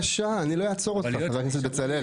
בבקשה, אני לא אעצור אותך, חבר הכנסת בצלאל.